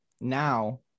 now